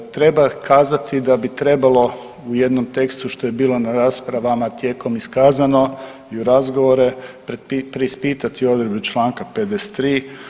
Nadalje, treba kazati da bi trebalo u jednom tekstu što je bilo na raspravama tijekom iskazano i u razgovore preispitati Odredbe članka 53.